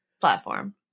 platform